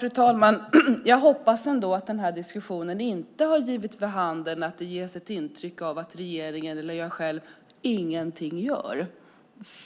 Fru talman! Jag hoppas att diskussionen inte har givit för handen att det ges ett intryck av att regeringen eller jag själv ingenting gör.